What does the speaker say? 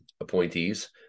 appointees